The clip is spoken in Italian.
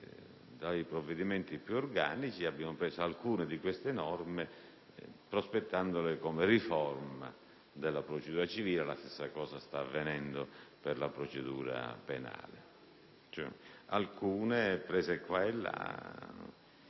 dai provvedimenti più organici. Abbiamo preso qua e là alcune di queste norme prospettandole come riforma della procedura civile (la stessa cosa sta avvenendo per la procedura penale), affermando che si